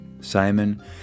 Simon